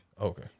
Okay